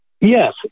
Yes